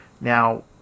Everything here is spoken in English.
Now